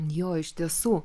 jo iš tiesų